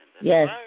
Yes